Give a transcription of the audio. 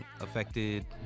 affected